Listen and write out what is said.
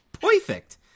Perfect